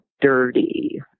dirty